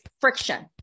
friction